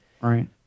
Right